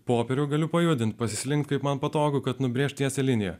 popierių galiu pajudinti pasislinkti kaip man patogu kad nubrėžti tiesią liniją